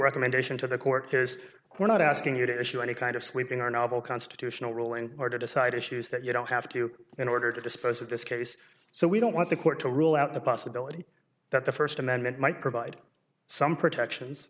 recommendation to the court is we're not asking you to issue any kind of sweeping our novel constitutional ruling or decide issues that you don't have to in order to dispose of this case so we don't want the court to rule out the possibility that the first amendment might provide some protections